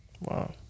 wow